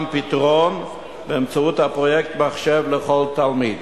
פתרון באמצעות הפרויקט "מחשב לכל תלמיד".